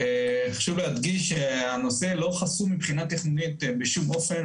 חשוב להדגיש שהנושא לא חסום מבחינה תכנונית בשום אופן,